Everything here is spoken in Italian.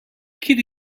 chiedi